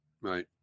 Right